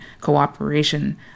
cooperation